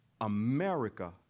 America